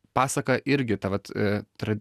pasaka irgi ta vat tra